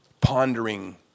pondering